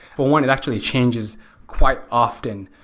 for one, it actually changes quite often.